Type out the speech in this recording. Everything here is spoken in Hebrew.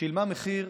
שילמה מחיר,